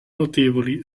notevoli